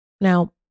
Now